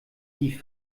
die